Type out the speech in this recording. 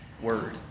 word